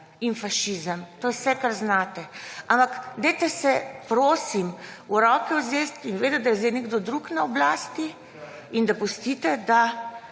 in fašizem. To je vse, kar znate. Ampak dajte se, prosim, v roke vzeti in vedite, da je zdaj nekdo drug na oblasti in da pustite, da